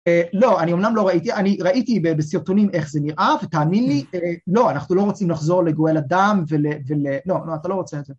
לא, אני אומנם לא ראיתי, אני ראיתי בסרטונים איך זה נראה, ותאמין לי, לא, אנחנו לא רוצים לחזור לגואל אדם ול... לא, אתה לא רוצה את זה.